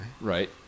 Right